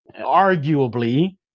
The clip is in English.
arguably